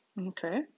Okay